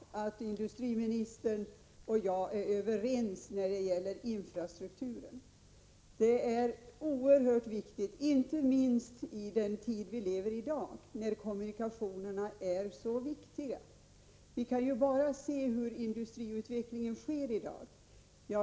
Herr talman! Jag är mycket glad att industriministern och jag är överens när det gäller infrastrukturen. Den är oerhört viktig, inte minst i den tid vi i dag lever i, när kommunikationerna är så betydelsefulla. Vi kan bara se på hur industriutvecklingen sker i dag.